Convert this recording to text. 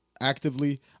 actively